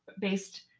based